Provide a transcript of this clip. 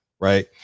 Right